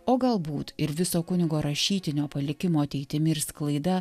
o galbūt ir viso kunigo rašytinio palikimo ateitimi ir sklaida